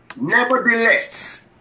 nevertheless